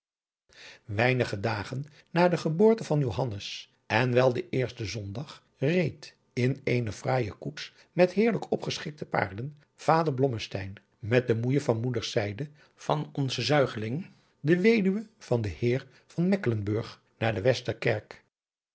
weinige dagen na de geboorte van johannes en wel den eersten zondag reed in eene fraaije koets met heerlijk opgeschikte paarden vader blommesteyn met de moeije van moeders zijde van onzen zuigeling de weduwe van den heere van meckelenburg naar de